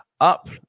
Up